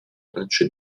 tracce